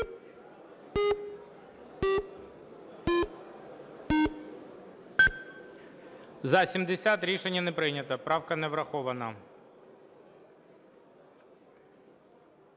За-70 Рішення не прийнято. Правка не врахована.